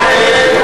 החוק,